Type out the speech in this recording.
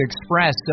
Express